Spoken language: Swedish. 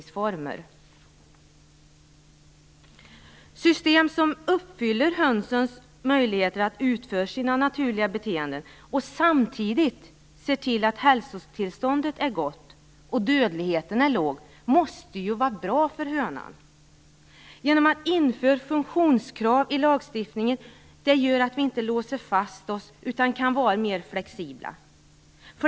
System som uppfyller hönsens möjligheter att bete sig naturligt och samtidigt ser till att hälsotillståndet är gott och dödligheten låg måste vara bra för hönan. Ett införande av funktionskrav i lagstiftningen gör att vi inte låser fast oss utan kan vara mer flexibla.